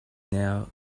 now